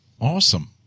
Awesome